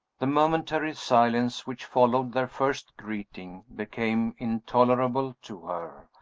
the momentary silence which followed their first greeting became intolerable to her.